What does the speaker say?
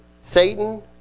Satan